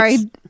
Sorry